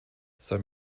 sein